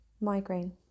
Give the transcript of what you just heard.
Migraine